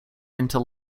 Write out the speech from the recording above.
into